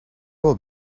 will